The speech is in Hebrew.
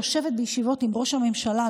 יושבת בישיבות עם ראש הממשלה,